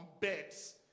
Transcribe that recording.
beds